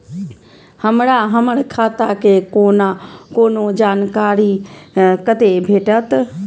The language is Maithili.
हमरा हमर खाता के कोनो जानकारी कते भेटतै